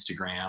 Instagram